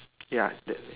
ya that the